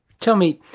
tell me,